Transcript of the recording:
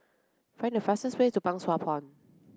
find the fastest way to Pang Sua Pond